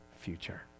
future